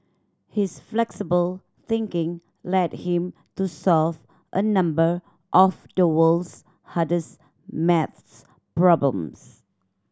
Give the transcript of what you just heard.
his flexible thinking led him to solve a number of the world's hardest maths problems